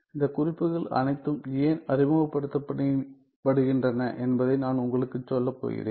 இந்த குறிப்புகள் அனைத்தும் ஏன் அறிமுகப்படுத்தப்படுகின்றன என்பதை நான் உங்களுக்கு சொல்லப்போகிறேன்